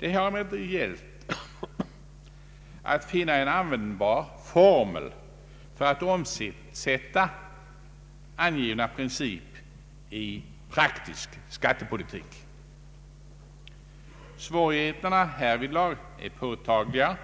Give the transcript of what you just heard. Det har emellertid gällt att finna en användbar formel för att omsätta angivna princip i praktisk skattepolitik. Svårigheterna härvidlag är påtagliga.